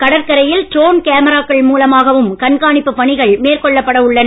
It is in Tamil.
கடற்கரையில் ட்ரோன் கேமராக்கள் மூலமாகவும் கண்காணிப்பு பணிகள் மேற்கொள்ளப்பட உள்ளன